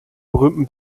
berühmten